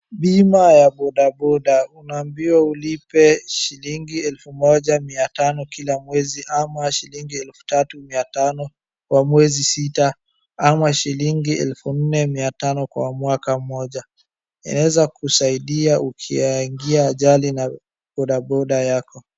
Bima ya bodaboda. Unaambiwa ulipe shilingi elfu moja miatano kila mwezi ama shilingi elfu tatu miatano kwa mwezi sita ama shilingi elfu nne miatano kwa mwaka mmoja. Inaeza kusaidia ukiingia ajali na bodaboda yako.